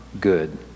good